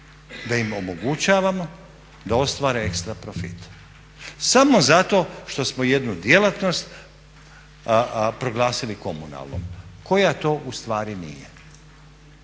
da im omogućavamo da ostvare ekstra profit samo zato što smo jednu djelatnost proglasili komunalnom koja to ustvari nije.